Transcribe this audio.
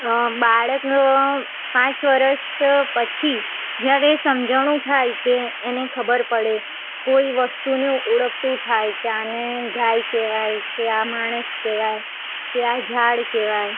બાળક પાંચ વર્ષ પછી જયારે સમજણું થાય કે એને ખબર પડે કોઈ વસ્તુને ઓળખતું થાય કે આને ગાય કહેવાય કે આ માણસ કહેવાય કે ઝાડ કહેવાય